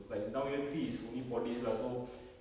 like now year three is only four days lah so